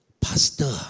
Pastor